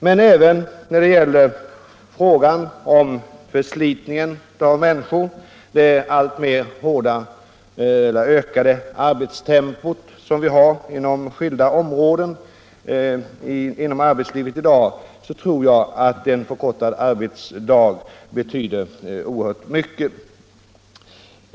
Men även när det gäller förslitningen av människor, det allt hårdare arbetstempo som vi i dag har inom skilda områden, tror jag att en förkortad arbetsdag betyder oerhört mycket.